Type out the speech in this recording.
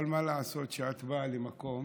אבל מה לעשות שאת באה למקום